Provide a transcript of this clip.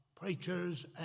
preachers